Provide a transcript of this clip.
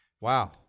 wow